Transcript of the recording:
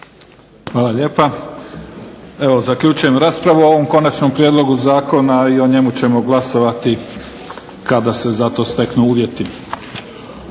Hvala lijepa. Evo zaključujem raspravu o ovom konačnom prijedlogu zakona i o njemu ćemo glasovati kada se za to steknu uvjeti.